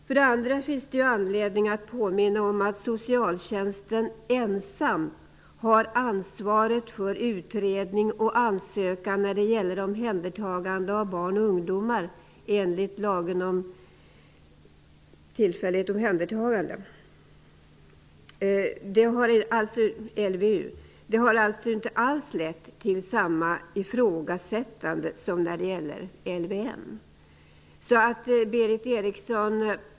För det andra finns det anledning att påminna om att socialtjänsten ensam har ansvaret för utredning och ansökan när det gäller omhändertagande av barn och ungdomar enligt lagen om tillfälligt omhändertagande, LVU. Det har alltså inte alls lett till samma ifrågasättande som när det gäller LVM. Berith Eriksson!